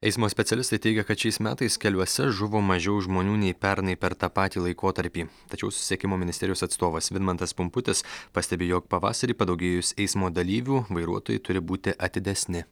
eismo specialistai teigia kad šiais metais keliuose žuvo mažiau žmonių nei pernai per tą patį laikotarpį tačiau susisiekimo ministerijos atstovas vidmantas pumputis pastebi jog pavasarį padaugėjus eismo dalyvių vairuotojai turi būti atidesni